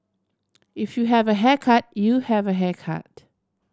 if you have a haircut you have a haircut